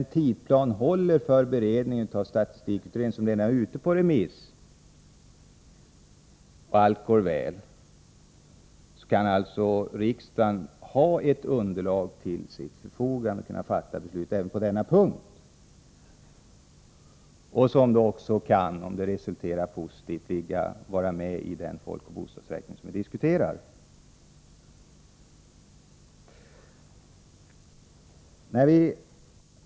Om tidsplanen håller för beredningen av statistikutredningen — som redan är ute på remiss — och allt går väl, kan alltså riksdagen till sitt förfogande ha underlag för ett beslut även på denna punkt som, om det hela resulterar positivt, kan vara med i den folkoch bostadsräkning som vi diskuterar.